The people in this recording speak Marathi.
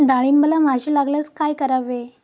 डाळींबाला माशी लागल्यास काय करावे?